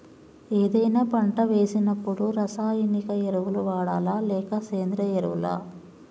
ఏదైనా పంట వేసినప్పుడు రసాయనిక ఎరువులు వాడాలా? లేక సేంద్రీయ ఎరవులా?